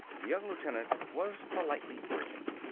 the young lieutenant was politely urgent.